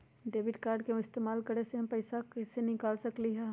Debit card के इस्तेमाल करके हम पैईसा कईसे निकाल सकलि ह?